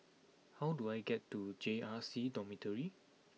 how do I get to J R C Dormitory